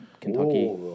Kentucky